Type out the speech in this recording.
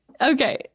Okay